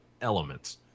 elements